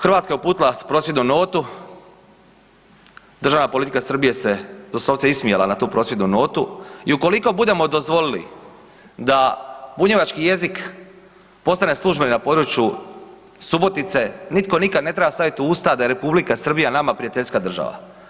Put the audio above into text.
Hrvatska je uputila prosvjednu notu, državna politika Srbije se doslovce ismijala na tu prosvjednu notu i ukoliko budemo dozvolili da bunjevački jezik postane službeni na području Subotice, nikad nitko ne treba staviti u usta da je R. Srbija nama prijateljska država.